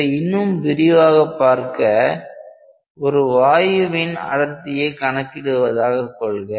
இதை இன்னும் விரிவாக பார்க்க ஒரு வாயுவின் அடர்த்தியை கணக்கிடுவதாக கொள்க